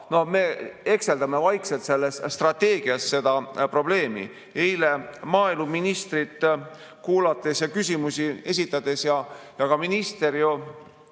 aga me hekseldame vaikselt selles strateegias seda probleemi. Eile maaeluministrit kuulates ja küsimusi esitades kuulsime,